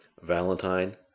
Valentine